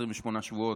28 שבועות,